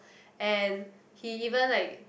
and he even like